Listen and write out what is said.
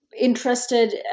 interested